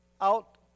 out